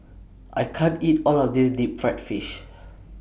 I can't eat All of This Deep Fried Fish